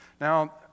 Now